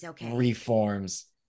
reforms